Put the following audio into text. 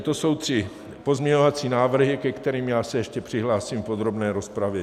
To jsou tři pozměňovací návrhy, ke kterým se ještě přihlásím v podrobné rozpravě.